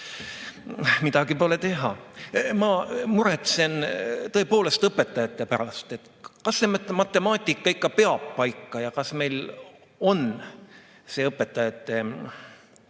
Midagi pole teha. Ma muretsen tõepoolest õpetajate pärast, et kas see matemaatika ikka peab paika ja kas meil on see õpetajate